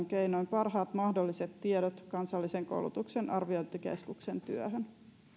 keinoin parhaat mahdolliset tiedot kansallisen koulutuksen arviointikeskuksen työhön